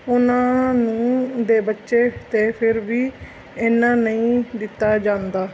ਉਹਨਾਂ ਨੂੰ ਦੇ ਬੱਚੇ 'ਤੇ ਫਿਰ ਵੀ ਇੰਨਾਂ ਨਹੀਂ ਦਿੱਤਾ ਜਾਂਦਾ